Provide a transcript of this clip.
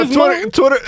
Twitter